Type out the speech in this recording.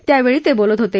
त्यावेळी ते बोलत होते